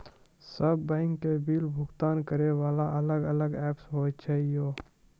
सब बैंक के बिल भुगतान करे वाला अलग अलग ऐप्स होय छै यो?